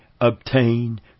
obtain